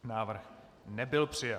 Návrh nebyl přijat.